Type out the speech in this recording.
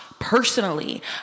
Personally